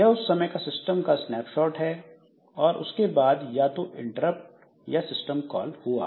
यह उस समय का सिस्टम का स्नैपशॉट है और उसके बाद या तो इंटरप्ट या सिस्टम कॉल हुआ